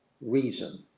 reason